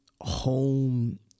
home